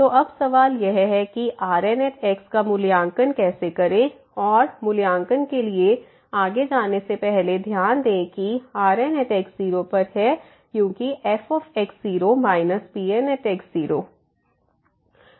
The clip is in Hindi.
तो अब सवाल यह है कि Rnका मूल्यांकन कैसे करें और मूल्यांकन के लिए आगे जाने से पहले ध्यान दें कि Rn x0 पर है क्योंकि fx0 Pn